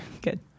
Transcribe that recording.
Good